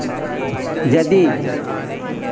यदि